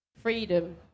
freedom